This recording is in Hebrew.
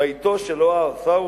ויטש אלוה עשהו,